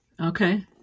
Okay